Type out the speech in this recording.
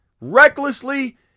recklessly